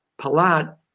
Palat